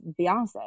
Beyonce